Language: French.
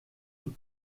eux